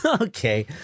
Okay